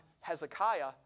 Hezekiah